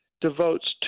devotes